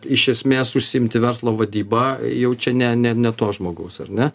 iš esmės užsiimti verslo vadybą jau čia ne ne ne to žmogaus ar ne